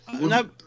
No